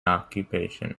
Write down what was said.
occupation